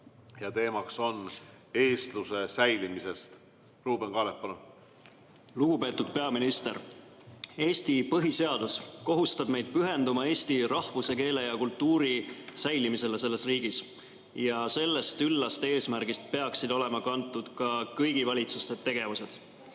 tagada eestlaste säilimine enamusrahvusena oma kodumaal? Lugupeetud peaminister! Eesti põhiseadus kohustab meid pühenduma eesti rahvuse, keele ja kultuuri säilimisele selles riigis ja sellest üllast eesmärgist peaksid olema kantud ka kõigi valitsuste tegevused.